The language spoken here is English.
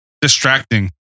distracting